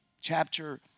chapter